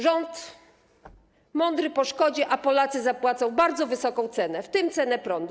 Rząd mądry po szkodzie, a Polacy zapłacą bardzo wysoką cenę, w tym cenę prądu.